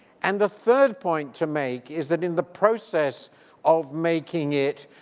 and the third point to make is that in the process of making it